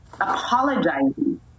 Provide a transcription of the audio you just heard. Apologizing